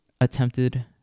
attempted